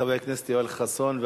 חבר הכנסת יואל חסון,